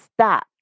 stop